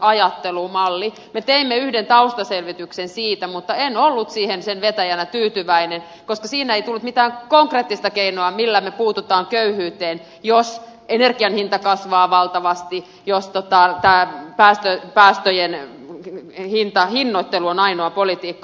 me teimme yhden taustaselvityksen siitä mutta en ollut siihen sen vetäjänä tyytyväinen koska siinä ei tullut mitään konkreettista keinoa millä me puutumme köyhyyteen jos energianhinta kasvaa valtavasti jos tämä päästöjen hinnoittelu on ainoa politiikka